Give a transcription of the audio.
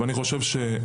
לדעתי,